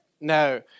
No